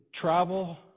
travel